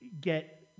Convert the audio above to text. get